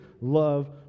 love